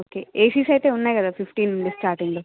okay ACs అయితే ఉన్నాయి కదా ఫిఫ్టీన్ నుండి స్టార్టింగ్ లో